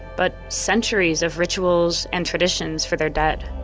but centuries of rituals and traditions for their dead.